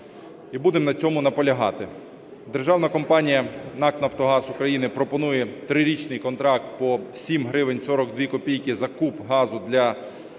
і будемо на цьому наполягати. Державна компанія НАК "Нафтогаз України" пропонує трирічний контракт по 7 гривень 42 копійки за куб газу для